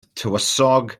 tywysog